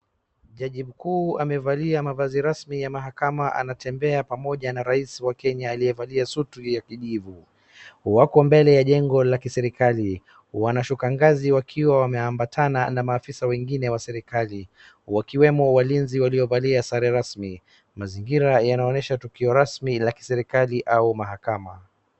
Jaji mkuu amevalia mavazi rasmi ya mahakama anatembea pamoja na rais wa Kenya aliyevalia suti ya kijivu. Wako mbele ya jengo la kiserikali, wanashuka gazi wakiwa wameambatana na maafisa wengine wa serikali, wakiwemo walinzi waliovalia sare rasmi. Mazingira yanaonyesha tukio rasmi la kiserikali au mahakama.